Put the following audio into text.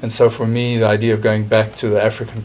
and so for me the idea of going back to the african